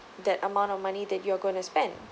that amount of money that you are going to spend